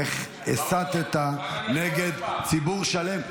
איך הסתָּ נגד ציבור שלם.